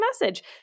message